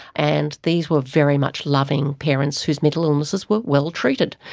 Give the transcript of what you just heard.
and these were very much loving parents whose mental illnesses were well treated.